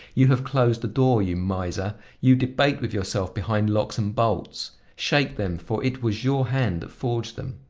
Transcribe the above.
you have closed the door, you miser you debate with yourself behind locks and bolts. shake them, for it was your hand that forged them.